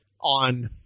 on